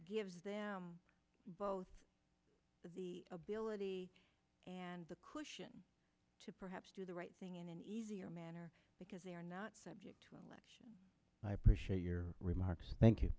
gives them both the ability and the question to perhaps do the right thing in an easier manner because they are not like i appreciate your remarks thank you